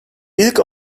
i̇lk